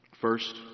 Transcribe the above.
First